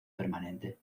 permanente